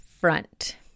front